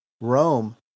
Rome